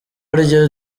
burya